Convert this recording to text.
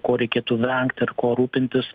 ko reikėtų vengti ir kuo rūpintis